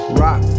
rock